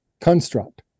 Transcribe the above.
construct